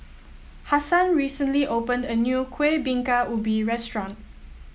Hassan recently opened a new Kueh Bingka Ubi restaurant